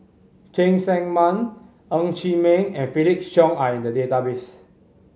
Cheng Tsang Man Ng Chee Meng and Felix Cheong are in the database